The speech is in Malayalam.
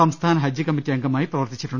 സംസ്ഥാന ഹജ്ജ് കമ്മറ്റി അംഗമായി പ്രവർത്തിച്ചിരുന്നു